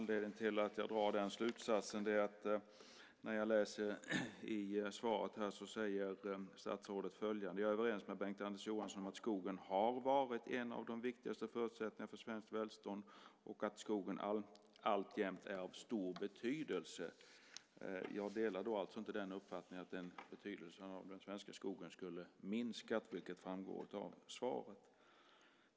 Anledningen till att jag drar den slutsatsen är att statsrådet i sitt svar säger: "Jag är överens med Bengt-Anders Johansson om att skogen har varit en av de viktigaste förutsättningarna för svenskt välstånd och att skogen alltjämt är av stor betydelse." Jag delar alltså inte den uppfattning som framgår av svaret, nämligen att betydelsen av den svenska skogen skulle ha minskat.